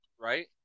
right